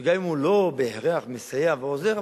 שגם אם הוא לא בהכרח מסייע ועוזר,